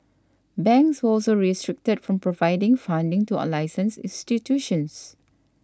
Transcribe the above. banks were also restricted from providing funding to unlicensed institutions